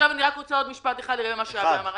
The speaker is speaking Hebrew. רק עוד משפט אחד, לגבי מה שאבי אמר.